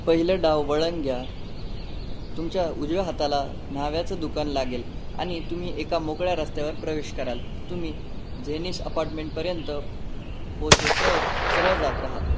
पहिलं डावं वळण घ्या तुमच्या उजव्या हाताला न्हाव्याचं दुकान लागेल आणि तुम्ही एका मोकळ्या रस्त्यावर प्रवेश कराल तुम्ही जैनीश अपार्टमेंटपर्यंत पोचेस्तोवर सरळ जात रहा